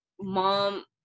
mom